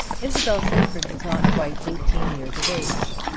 isabel sleaford was not quite eighteen years of age.